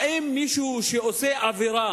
האם מישהו שעושה עבירה